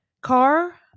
Car